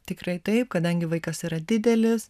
tikrai taip kadangi vaikas yra didelis